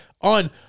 on